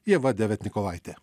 ieva deviatnikovaitė